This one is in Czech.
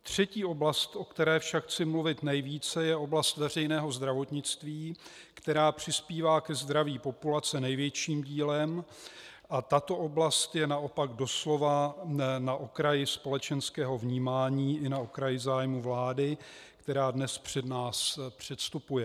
Třetí oblast, o které však chci mluvit nejvíce, je oblast veřejného zdravotnictví, která přispívá ke zdraví populace největším dílem, a tato oblast je naopak doslova na okraji společenského vnímání i na okraji zájmů vlády, která dnes před nás předstupuje.